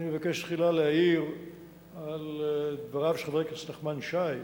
אני אבקש תחילה להעיר על דבריו של חבר הכנסת נחמן שי,